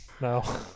no